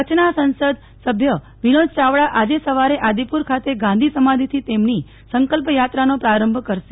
કચ્છના સંસદ સભ્ય વિનોદ ચાવડા આજે સવારે આદિપુર ખાતે ગાંધી સમાધીથી તેમની સંકલ્પ યાત્રાનો પ્રારંભ કરશે